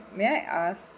may I ask